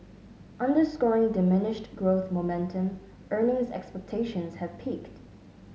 underscoring diminished growth momentum earnings expectations have peaked